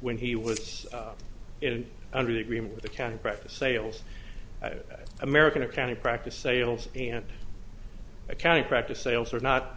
when he was in under the agreement with accounting practice sales at american accounting practice sales and accounting practice ales are not